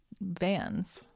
vans